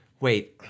Wait